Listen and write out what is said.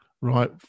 Right